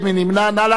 נא להצביע.